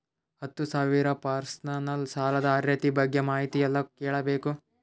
ಹತ್ತು ಸಾವಿರ ಪರ್ಸನಲ್ ಸಾಲದ ಅರ್ಹತಿ ಬಗ್ಗೆ ಮಾಹಿತಿ ಎಲ್ಲ ಕೇಳಬೇಕು?